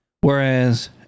Whereas